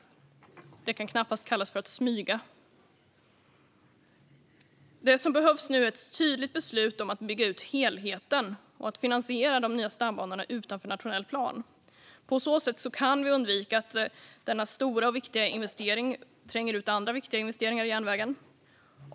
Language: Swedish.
Det kan knappast kallas för att smyga. Det som behövs nu är ett tydligt beslut om att bygga ut helheten och att finansiera de nya stambanorna utanför nationell plan. På så sätt kan vi undvika att denna stora och viktiga investering tränger ut andra viktiga investeringar i järnvägen.